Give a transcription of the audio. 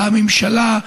והממשלה,